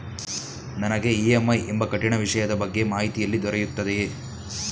ನನಗೆ ಇ.ಎಂ.ಐ ಎಂಬ ಕಠಿಣ ವಿಷಯದ ಬಗ್ಗೆ ಮಾಹಿತಿ ಎಲ್ಲಿ ದೊರೆಯುತ್ತದೆಯೇ?